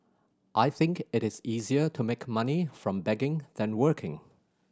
I think it is easier to make money from begging than working